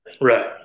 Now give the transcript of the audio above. Right